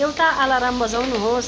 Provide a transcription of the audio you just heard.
एउटा अलार्म बजाउनुहोस्